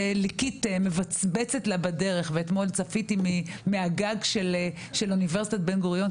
וליקית מבצבצת לה בדרך אתמול צפיתי מהגג של אוניברסיטת בן-גוריון,